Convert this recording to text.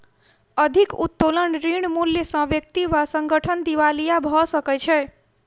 अधिक उत्तोलन ऋण मूल्य सॅ व्यक्ति वा संगठन दिवालिया भ सकै छै